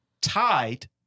tied